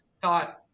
thought